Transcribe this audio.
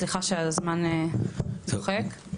סליחה שהזמן ככה דוחק.